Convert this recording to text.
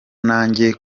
najya